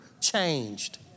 changed